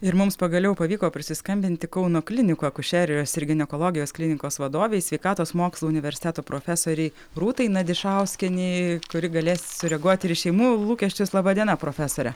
ir mums pagaliau pavyko prisiskambinti kauno klinikų akušerijos ir ginekologijos klinikos vadovei sveikatos mokslų universiteto profesorei rūtai nadišauskienei kuri galės sureaguoti ir į šeimų lūkesčius laba diena profesore